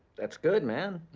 that's good, man.